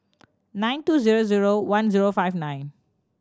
nine two zero zero one zero five nine